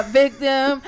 victim